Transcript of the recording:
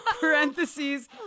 Parentheses